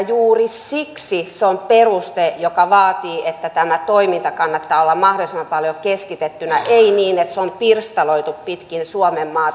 juuri siksi se on peruste joka vaatii että tämän toiminnan kannattaa olla mahdollisimman paljon keskitettynä ei niin että se on pirstaloitu pitkin suomenmaata